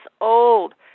old